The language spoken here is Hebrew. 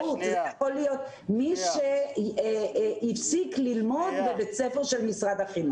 זה יכול להיות מי שהפסיק ללמוד בבית ספר של משרד החינוך.